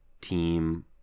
team